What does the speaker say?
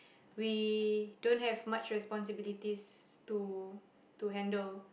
we don't have much responsibilities to to handle